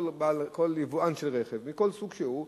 כל יבואן של רכב מכל סוג שהוא,